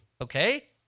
okay